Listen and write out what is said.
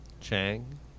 Chang